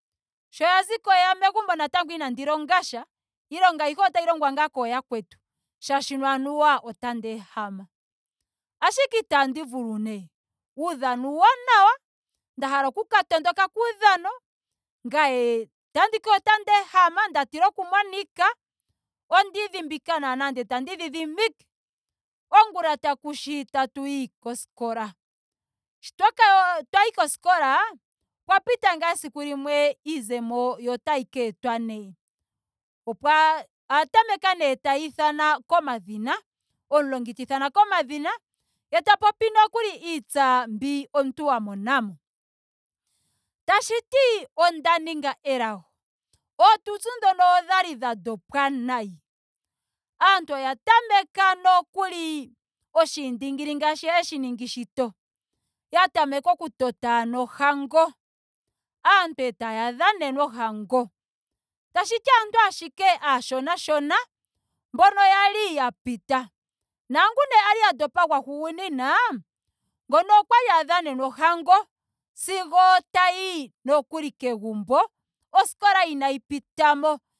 Sho ya ziko yeya megumbo natango inandi longasha. iilonga ayihe otayi longwa ngaa kooyakwetu molwaashoka anuwa otandi ehama. Ashike itndi vulu nee. uudhano uuwanawa. nda hala ndika tondoke kuudhano. ngame otanditi otandi ehama nda tila okumonika. onda idhimbika naa ndele tandii dhidhimike ongula takushi tatuyi koskola. Sho twaka twayi koskola opwa pita ngaa esiku limwe. yo iizemo otayi ka etwa nee. Owa- oya tameka nee taya ithanwa komadhina. omulongi tiithana komadhina. eta popi nokuli iitsa mbi omuntu wa monamo. Tashiti onda ninga elago. ootutsu dhoka okwali dha ndopwa nayi. aantu oya tameka nokuli oshiiningili ngaashi hayeshi ningi shito. Ya tameka oku tota ano ohango. Aantu etaya dhanenwa ohango. Tashiti aantu ashike aashona shona mboka kwali ya pita. Naangu nee a ndopa kwali gwahugunina. ngono okwali a dhanenwa ohango sigo tayiyi nokuli kegumbo. oskola inaayi pitamo